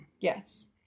Yes